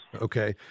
Okay